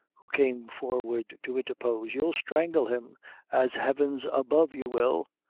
who came forward, to interpose you'll strangle him as heaven's above, you will.